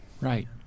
Right